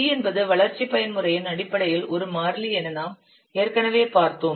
C என்பது வளர்ச்சி பயன்முறையின் அடிப்படையில் ஒரு மாறிலி என நாம் ஏற்கனவே பார்த்தோம்